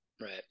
Right